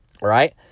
right